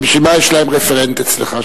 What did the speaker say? הרי בשביל מה יש להם רפרנט אצלך?